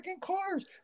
cars